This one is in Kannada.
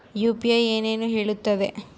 ಯು.ಪಿ.ಐ ಏನನ್ನು ಹೇಳುತ್ತದೆ?